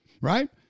right